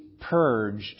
purged